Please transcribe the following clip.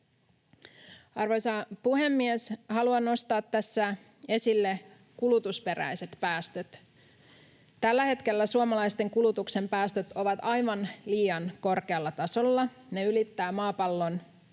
Arvoisa puhemies! Haluan nostaa tässä esille kulutusperäiset päästöt. Tällä hetkellä suomalaisten kulutuksen päästöt ovat aivan liian korkealla tasolla. Ne ylittävät maapallon kantokyvyn